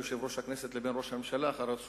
יושב-ראש הכנסת לבין ראש הממשלה אחר-הצהריים.